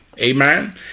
amen